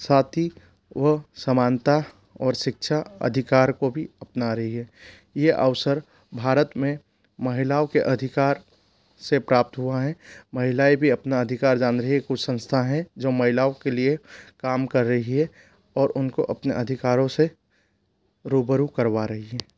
साथ ही वह समानता और शिक्षा अधिकारी को भी अपना रही है यह अवसर भारत में महिलाओं के अधिकार से प्राप्त हुआ है महिलाएँ भी अपना अधिकार जान रही है कुछ संस्था हैं जो महिलाओं के लिए काम कर रही है और उनको अपने अधिकारों से रूबरू करवा रही है